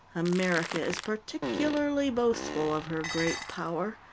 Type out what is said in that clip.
america is particularly boastful of her great power,